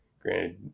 granted